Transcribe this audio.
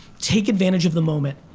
take advantage of the moment.